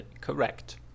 Correct